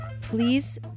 please